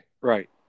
Right